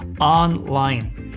online